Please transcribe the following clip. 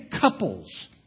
couples